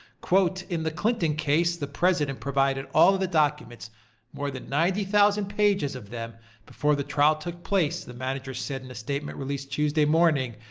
in the clinton case, the president provided all of the documents more than ninety thousand pages of them before the trial took place, the managers said in a statement released tuesday morning.